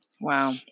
Wow